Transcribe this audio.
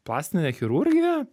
plastinė chirurgija